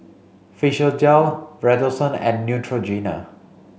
Physiogel Redoxon and Neutrogena